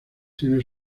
tiene